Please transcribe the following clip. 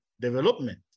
development